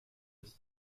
das